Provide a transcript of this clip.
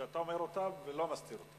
שאתה אומר אותה ולא מסתיר אותה.